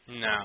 No